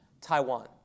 Taiwan